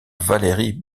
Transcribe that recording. valérie